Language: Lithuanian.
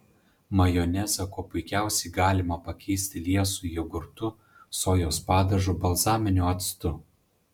majonezą kuo puikiausiai galima pakeisti liesu jogurtu sojos padažu balzaminiu actu